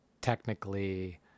technically